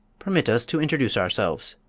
permit us to introduce ourselves,